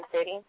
city